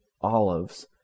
olives